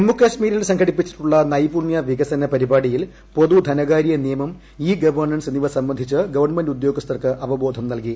ജമ്മുകാശ്മീരിൽ സംഘടിപ്പിച്ചിട്ടുള്ള നൈപുണ്യ വികസന പരിപാടിയിൽ പൊതു ധനകാര്യ നിയമം ഇ ഗവേണൻസ് എന്നിവ സംബന്ധിച്ച് ഗവൺമെന്റ് ഉദ്യോഗസ്ഥർക്ക് അവബോധം നൽകി